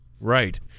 Right